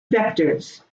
vectors